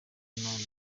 b’imana